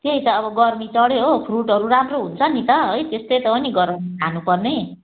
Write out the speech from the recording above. त्यही त अब गर्मी चढ्यो हो फ्रुटहरू राम्रो हुन्छ नि त है त्यस्तै हो नि गरममा खानुपर्ने